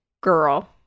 Girl